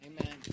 Amen